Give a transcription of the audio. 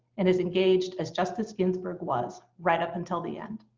and as engaged as justice ginsburg was right up until the end.